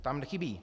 Tam chybí.